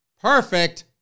perfect